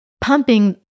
pumping